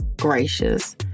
gracious